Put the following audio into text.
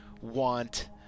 want